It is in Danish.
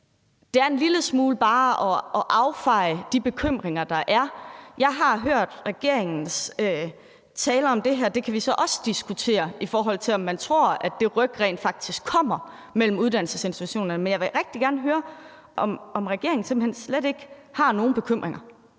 det er en lille smule bare at affeje de bekymringer, der er. Jeg har hørt regeringens tale om det her. Det kan vi så også diskutere – om man tror, at det ryk mellem uddannelsesinstitutionerne rent faktisk kommer. Men jeg vil rigtig gerne høre, om regeringen simpelt hen slet ikke har nogen bekymringer.